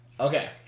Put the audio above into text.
Okay